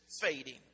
fading